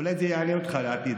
אולי זה יעניין אותך לעתיד.